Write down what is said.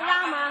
למה?